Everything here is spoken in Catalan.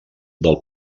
del